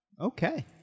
Okay